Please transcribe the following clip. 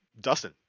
Dustin